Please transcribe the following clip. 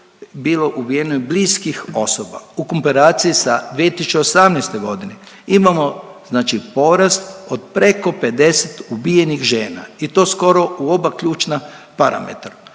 bilo ubijeno od bliskih osoba, u komparaciji sa 2018. g. imamo znači porast od preko 50 ubijenih žena i to skoro u oba ključna parametar,